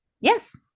Yes